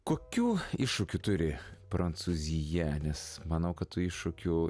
kokių iššūkių turi prancūzija nes manau kad tų iššūkių